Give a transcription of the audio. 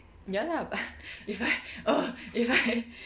ya lah but if I ugh if I